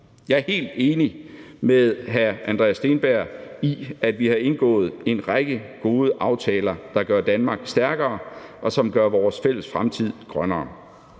Jeg er helt enig med hr. Andreas Steenberg i, at vi har indgået en række gode aftaler, der gør Danmark stærkere, og som gør vores fælles fremtid grønnere.